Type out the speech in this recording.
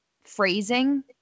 phrasing